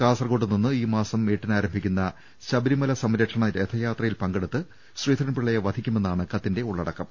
കാസർകോട്ട് നിന്ന് ഈ മാസം എട്ടിന് ആരം ഭിക്കുന്ന ശബരിമല സംരക്ഷണ രഥയാത്രയിൽ പങ്കെടുത്ത് ശ്രീധരൻപിള്ളയെ വധിക്കു മെന്നാണ് കത്തിന്റെ ഉള്ളടക്കം